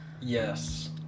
Yes